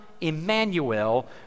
Emmanuel